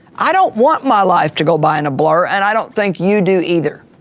i don't want my life to go by in a blur and i don't think you do either,